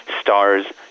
stars